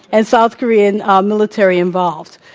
and south korean um military involved.